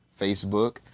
Facebook